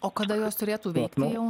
o kada jos turėtų veikti jau